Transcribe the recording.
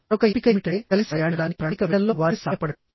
మరొక ఎంపిక ఏమిటంటే కలిసి ప్రయాణించడానికి ప్రణాళిక వేయడంలో వారికి సహాయపడటం